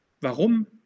Warum